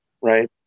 Right